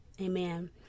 amen